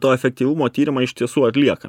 to efektyvumo tyrimą iš tiesų atlieka